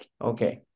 Okay